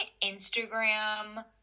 Instagram